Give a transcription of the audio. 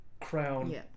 crown